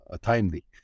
timely